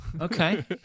okay